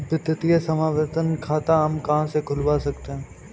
वित्तीय समावेशन खाता हम कहां से खुलवा सकते हैं?